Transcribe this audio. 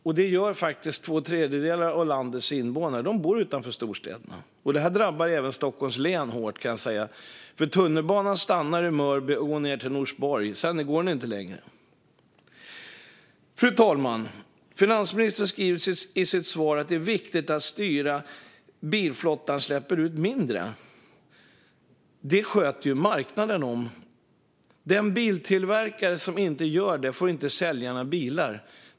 Och det gör faktiskt två tredjedelar av landets invånare. De bor utanför storstäderna. Och detta drabbar även Stockholms län hårt, kan jag säga. Tunnelbanan börjar i Mörby och går till Norsborg, men den går inte längre än så. Fru talman! Finansministern säger i svaret att det är viktigt att styra så att bilflottan släpper ut mindre. Det sköter ju marknaden om! Den biltillverkare som inte gör det får inte sälja några bilar.